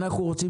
אנחנו רוצים